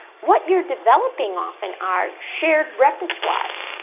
what you're developing often are shared repertoires,